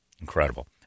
incredible